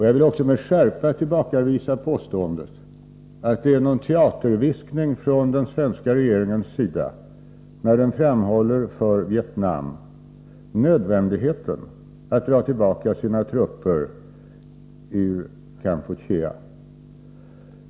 Jag vill också med skärpa tillbakavisa påståendet att det är en teaterviskning från den svenska regeringens sida när den för Vietnam framhåller nödvändigheten av att dra tillbaka sina trupper ur Kampuchea.